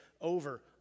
over